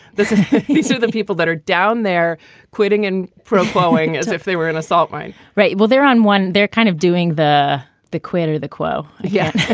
this is so the people that are down there quitting and fro flowing as if they were in a salt mine. right. well, they're on one. they're kind of doing the the quitter, the quo. yeah,